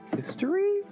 History